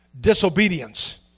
disobedience